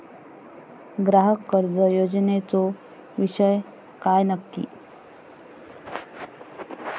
ग्राहक कर्ज योजनेचो विषय काय नक्की?